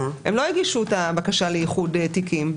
הם לא הגישו את הבקשה לאיחוד תיקים,